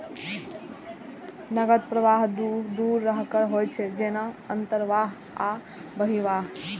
नकद प्रवाह दू तरहक होइ छै, जेना अंतर्वाह आ बहिर्वाह